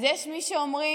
אז יש מי שאומרים